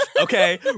Okay